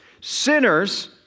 Sinners